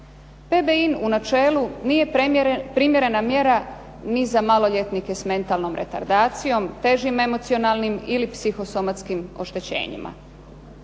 PBIN u načelu nije primjerena mjera ni za maloljetnike s metalnom retardacijom težim emocionalnim ili psihosomatskim oštećenjima.